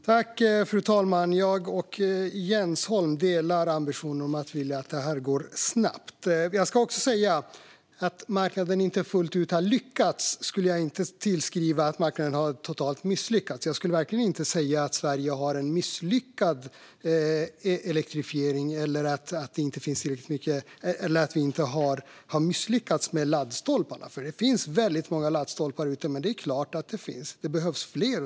Fru talman! Jag och Jens Holm delar ambitionen att det här ska gå snabbt. Att marknaden inte fullt ut har lyckats skulle jag inte likställa med att marknaden totalt har misslyckats. Jag skulle verkligen inte säga att Sverige har en misslyckad elektrifiering eller att vi har misslyckats med laddstolparna. Det finns väldigt många laddstolpar ute, men det är klart att det behövs fler.